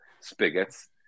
spigots